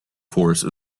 force